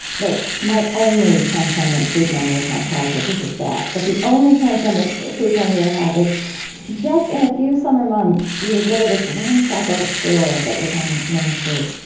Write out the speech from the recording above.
my only transcendent food memory of my childhood this is sad but the only transcendent food memory i have is just in a few summer months, we would go to this ramshackle store that was on main street.